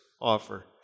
offer